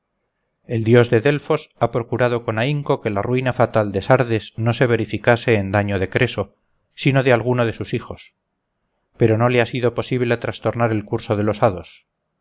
el dios de delfos ha procurado con ahínco que la ruina fatal de sardes no se verificase en daño de creso sino de alguno de sus hijos pero no le ha sido posible trastornar el curso de los hados